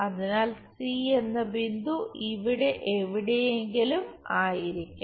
അതിനാൽ സി എന്ന ബിന്ദു ഇവിടെ എവിടെയെങ്കിലും ആയിരിക്കും